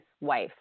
wife